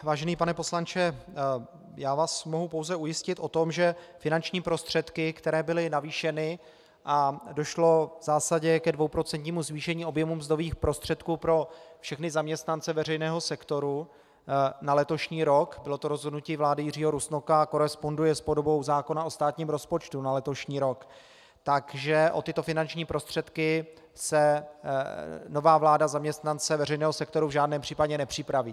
Vážený pane poslanče, já vás mohu pouze ujistit o tom, že o finanční prostředky, které byly navýšeny, a došlo v zásadě ke dvouprocentnímu zvýšení objemu mzdových prostředků pro všechny zaměstnance veřejného sektoru na letošní rok, bylo to rozhodnutí vlády Jiřího Rusnoka a koresponduje s podobou zákona o státním rozpočtu na letošní rok, takže o tyto finanční prostředky nová vláda zaměstnance veřejného sektoru v žádném případě nepřipraví.